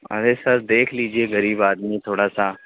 ارے sir دیکھ لیجیے غریب آدمی تھوڑا سا